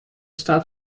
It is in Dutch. staat